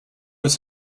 was